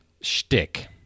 shtick